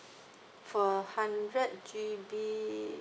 for hundred G_B